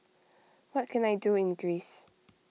what can I do in Greece